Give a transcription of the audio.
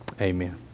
Amen